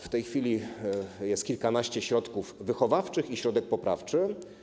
W tej chwili jest kilkanaście środków wychowawczych i środek poprawczy.